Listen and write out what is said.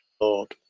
Lord